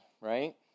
right